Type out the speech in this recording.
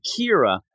Kira